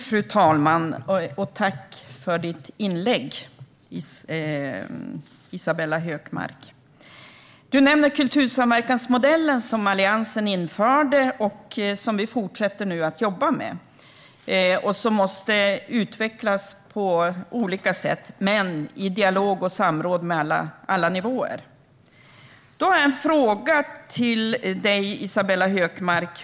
Fru talman! Tack för ditt inlägg, Isabella Hökmark! Du nämner kultursamverkansmodellen, som Alliansen införde och som vi nu fortsätter att jobba med. Den måste utvecklas på olika sätt men i dialog och samråd med alla nivåer. Då har jag en fråga till dig, Isabella Hökmark.